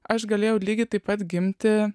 aš galėjau lygiai taip pat gimti